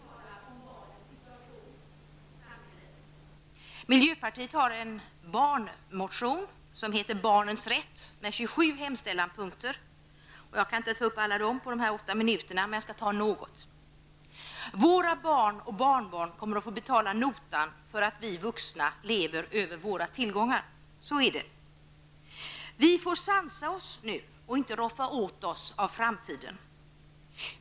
Herr talman! Jag tänker tala om barnens situation i samhället. Miljöpartiet har en barnmotion, Barnens rätt, med 27 punkter i hemställan. Jag kan naturligtvis inte ta upp alla dessa på åtta minuter, men jag skall ta något. Våra barn och barnbarn kommer att få betala notan för att vi vuxna lever över våra tillgångar. Så är det. Vi får sansa oss nu och sluta roffa åt oss av framtiden.